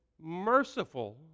merciful